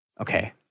Okay